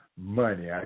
money